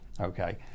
okay